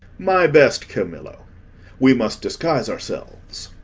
my best camillo we must disguise ourselves.